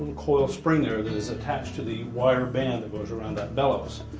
and coil spring there ah that is attached to the wire band that goes around that bellows.